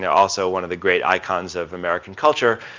yeah also one of the great icons of american culture.